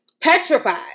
petrified